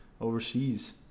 overseas